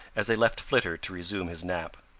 as they left flitter to resume his nap.